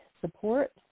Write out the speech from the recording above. support